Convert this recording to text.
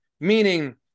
Meaning